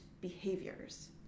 behaviors